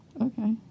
Okay